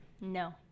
No